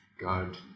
God